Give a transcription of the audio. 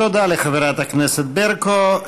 תודה לחברת הכנסת ברקו.